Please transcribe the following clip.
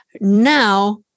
now